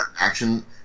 action